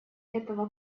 этого